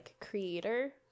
creator